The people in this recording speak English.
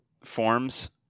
forms